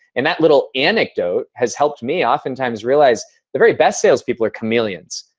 and that little anecdote has helped me oftentimes realize the very best salespeople are chameleons.